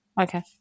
Okay